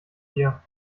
dir